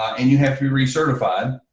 and you have to be re-certified,